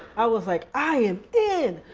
i was like, i am in!